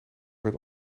werd